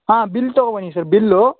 ಹಾಂ ಬಿಲ್ ತೊಗೋಂಡು ಬನ್ನಿ ಸರ್ ಬಿಲ್ಲು